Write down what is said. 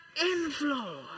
inflow